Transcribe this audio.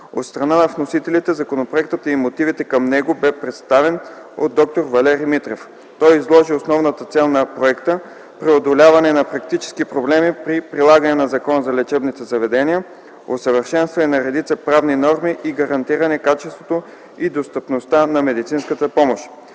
страна на вносителите, законопроектът и мотивите към него бе представен от д-р Валерий Митрев. Той изложи основната цел на проекта: преодоляване на практически проблеми при прилагането на Закона за лечебните заведения, усъвършенстване на редица правни норми и гарантиране качеството и достъпността на медицинската помощ.